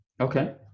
Okay